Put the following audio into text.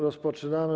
Rozpoczynamy.